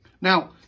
Now